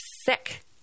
sick